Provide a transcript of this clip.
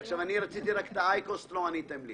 רציתי תשובה לגבי האייקוס ולא עניתם לי.